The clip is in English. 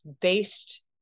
based